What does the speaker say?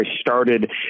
started